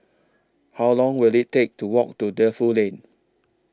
How Long Will IT Take to Walk to Defu Lane